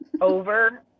over